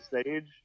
stage